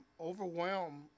overwhelmed